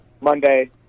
Monday